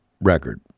record